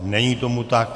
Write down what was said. Není tomu tak.